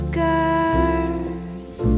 girls